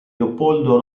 leopoldo